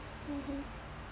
mmhmm